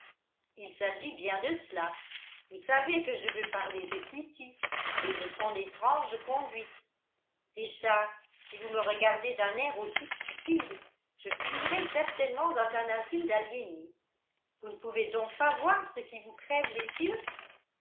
il s'agit bien de cela vous savez que je veux parler de kitty et de son étrange conduite richard si vous me regardez d'un air aussi stupide je finirai certainement dans un asile d'aliénés vous ne pouvez donc pas voir ce qui vous crève les yeux